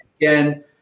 Again